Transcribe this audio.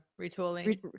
retooling